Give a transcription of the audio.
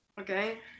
Okay